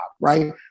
right